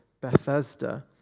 Bethesda